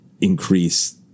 increase